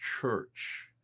church